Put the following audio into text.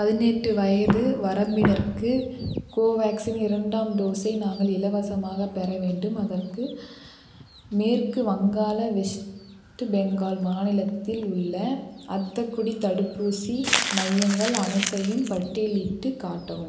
பதினெட்டு வயது வரம்பினருக்கு கோவேக்சின் இரண்டாம் டோஸை நாங்கள் இலவசமாகப் பெற வேண்டும் அதற்கு மேற்கு வங்காள வெஸ்ட்டு பெங்கால் மாநிலத்தில் உள்ள அத்தக்கு தடுப்பூசி மையங்கள் அனைத்தையும் பட்டியலிட்டுக் காட்டவும்